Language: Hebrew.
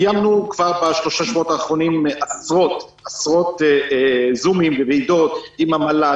קיימנו כבר בשלושה השבועות הקודמים עשרות ישיבות זום וועידות עם המל"ל,